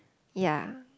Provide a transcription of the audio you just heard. ya